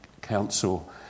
council